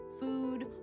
food